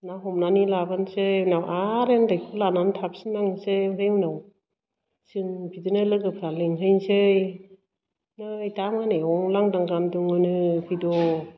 ना हमनानै लाबोनोसै उनाव आरो ओन्दैखौ लानानै थाफिननांसै आमफ्राय उनाव जों बिदिनो लोगोफ्रा लेंहैसै नै दा मोनायाव लांदां गान दङनो फैद'